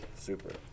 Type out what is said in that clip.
super